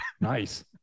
Nice